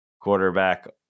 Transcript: quarterback